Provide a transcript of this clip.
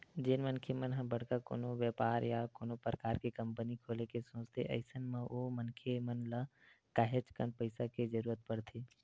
जेन मनखे मन ह बड़का कोनो बेपार या कोनो परकार के कंपनी खोले के सोचथे अइसन म ओ मनखे मन ल काहेच कन पइसा के जरुरत परथे